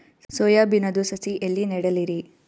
Soya ಬಿನದು ಸಸಿ ಎಲ್ಲಿ ನೆಡಲಿರಿ?